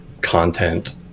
content